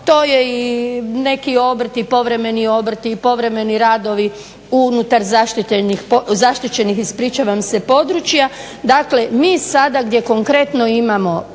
To je i neki obrti, povremeni obrti i povremeni radovi unutar zaštićenih ispričavam se područja. Dakle, mi sada gdje konkretno imamo